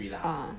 ah